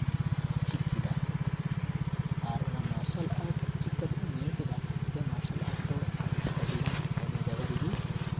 ᱪᱮᱫ ᱠᱮᱫᱟ ᱟᱨ ᱚᱱᱟ ᱢᱟᱨᱥᱟᱞ ᱟᱨᱴ ᱪᱮᱫ ᱠᱟᱛᱮᱜ ᱤᱧ ᱧᱮᱞ ᱠᱮᱫᱟ ᱡᱮ ᱢᱟᱨᱥᱟᱞ ᱟᱨᱴ ᱫᱚ ᱟᱹᱰᱤᱜᱟᱱ ᱟᱭᱢᱟ ᱡᱟᱭᱜᱟ ᱨᱮᱜᱮ